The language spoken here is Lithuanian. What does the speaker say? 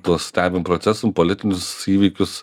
tos stebim procesum politinius įvykius